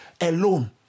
alone